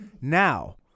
Now